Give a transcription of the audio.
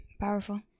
Powerful